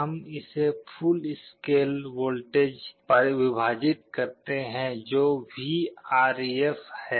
हम इसे full scale voltage पर विभाजित करते हैं जो Vref है